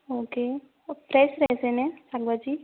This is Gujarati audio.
ઓકે ફ્રેશ રહેશે ને અંદરથી